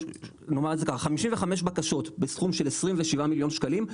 55 בקשות בסכום של 27 מיליון שקלים,